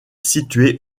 situé